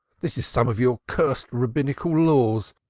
this is some of your cursed rabbinical laws,